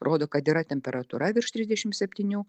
rodo kad yra temperatūra virš trisdešimt septynių